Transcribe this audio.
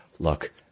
look